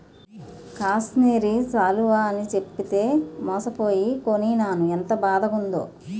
కాశ్మీరి శాలువ అని చెప్పితే మోసపోయి కొనీనాను ఎంత బాదగుందో